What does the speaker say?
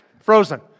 frozen